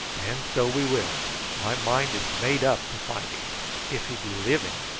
and so we will my mind is made up to find him if he be living,